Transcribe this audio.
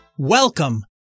Welcome